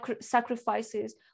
sacrifices